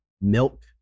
milk